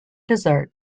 dessert